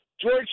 George